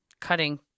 Cutting